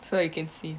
so you can see